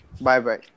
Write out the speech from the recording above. Bye-bye